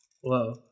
Whoa